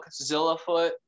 Zillafoot